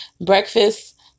breakfast